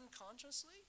unconsciously